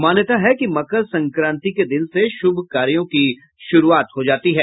मान्यता है कि मकर संक्रांति के दिन से शुभ कार्यों की शुरूआत हो जाती है